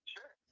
Sure